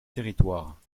territoire